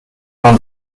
man